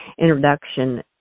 introduction